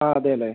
ആ അതെ അല്ലേ